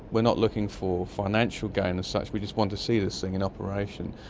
we're not looking for financial gain as such, we just want to see this thing in operation.